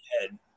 head